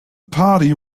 party